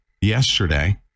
Yesterday